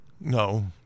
No